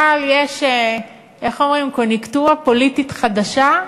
אבל יש איזו קוניוקטורה פוליטית חדשה,